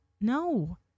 No